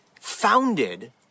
founded